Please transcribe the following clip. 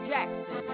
Jackson